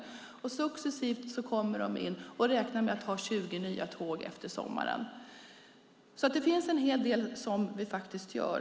De kommer successivt in. Man räknar med att ha 20 nya tåg efter sommaren. Det finns en hel del som vi gör.